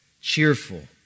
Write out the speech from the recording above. cheerful